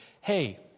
hey